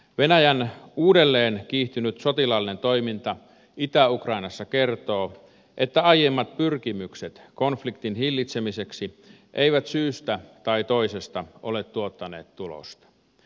venäjän uudelleen kiihtynyt sotilaallinen toiminta itä ukrainassa kertoo että aiemmat pyrkimykset konfliktin hillitsemiseksi eivät syystä tai toisesta ole tuottaneet tulosta